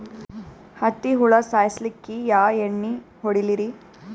ಹತ್ತಿ ಹುಳ ಸಾಯ್ಸಲ್ಲಿಕ್ಕಿ ಯಾ ಎಣ್ಣಿ ಹೊಡಿಲಿರಿ?